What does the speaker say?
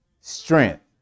Strength